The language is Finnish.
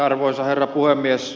arvoisa herra puhemies